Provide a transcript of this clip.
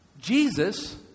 Jesus